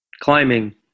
Climbing